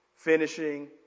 Finishing